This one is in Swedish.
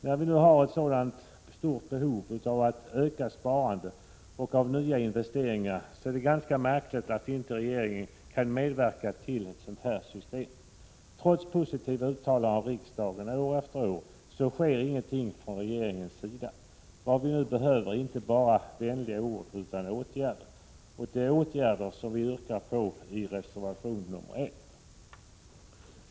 När vi nu har ett så stort behov av ökat sparande och av nya investeringar, är det ganska märkligt att inte regeringen kan medverka till ett sådant system. Trots positiva uttalanden av riksdagen år efter år görs ingenting från regeringens sida. Vad vi nu behöver är inte bara vänliga ord utan åtgärder, och det är åtgärder vi yrkar på i reservation nr 1.